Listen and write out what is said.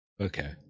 Okay